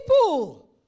people